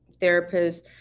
therapists